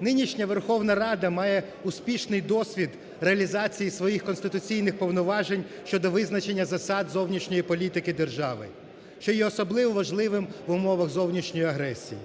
нинішня Верховна Рада має успішний досвід реалізації своїх конституційних повноважень щодо визначення засад зовнішньої політики держави, що є особливо важливим в умовах зовнішньої агресії.